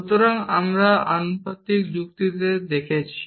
সুতরাং আমরা আনুপাতিক যুক্তিতে যুক্তি দেখছি